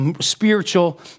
spiritual